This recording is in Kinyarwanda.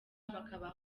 bakabaha